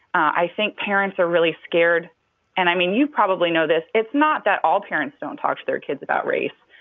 i think parents are really scared and, i mean, you probably know this. it's not that all parents don't talk to their kids about race.